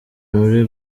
muri